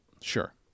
sure